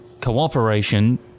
cooperation